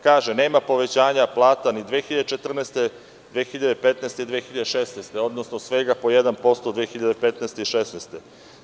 Kaže – nema povećanja plata ni 2014, 2015, 2016. godine, odnosno svega po 1% 2015. i 2016. godine.